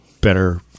better